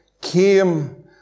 came